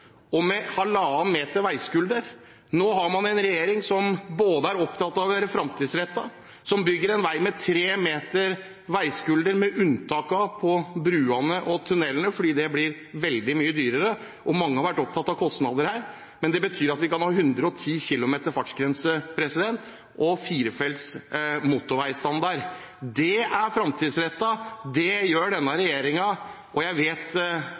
og med halvannen meter veiskulder. Nå har man en regjering som både er opptatt av å være framtidsrettet, og som bygger en vei med 3 meter veiskulder, med unntak av på bruene og i tunnelene, for det blir veldig mye dyrere, og mange har vært opptatt av kostnader her, men det betyr at vi kan ha 110 km/t fartsgrense og firefelts motorveistandard. Det er framtidsrettet, det gjør denne regjeringen, og jeg vet